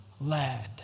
lad